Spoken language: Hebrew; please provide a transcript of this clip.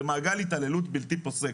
זה מעגל התעללות בלתי פוסק.